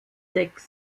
sechs